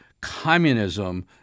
communism